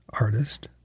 artist